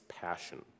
passion